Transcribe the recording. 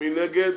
מי נגד?